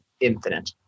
infinite